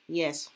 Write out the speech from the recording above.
yes